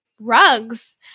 rugs